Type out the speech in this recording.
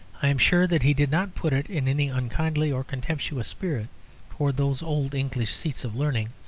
i am sure that he did not put it in any unkindly or contemptuous spirit towards those old english seats of learning,